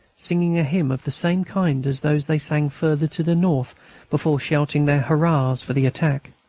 singing a hymn of the same kind as those they sang further to the north before shouting their hurrahs for the attack.